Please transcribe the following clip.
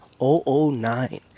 009